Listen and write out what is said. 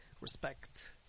respect